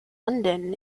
london